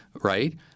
right